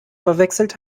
verwechselt